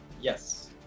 Yes